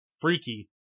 Freaky